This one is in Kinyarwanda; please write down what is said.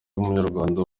w’umunyarwanda